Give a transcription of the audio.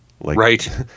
Right